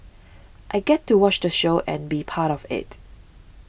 I get to watch the show and be part of it